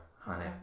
honey